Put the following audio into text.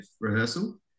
rehearsal